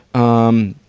um,